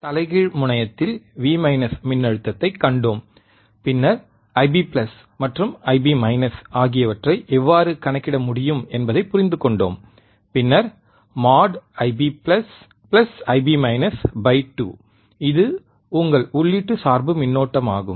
தலைகீழ் முனையத்தில் V மின்னழுத்தத்தைக் கண்டோம் பின்னர் ஐபி IB மற்றும் ஐபி ஆகியவற்றை எவ்வாறு கணக்கிட முடியும் என்பதைப் புரிந்துகொண்டோம் பின்னர் மோட் ஐபிஐபி 2 இது உங்கள் உள்ளீட்டு சார்பு மின்னோட்டமாகும்